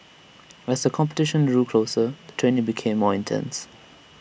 as the competition drew closer the training became more intense